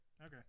okay